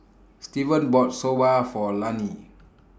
Steven bought Soba For Lanie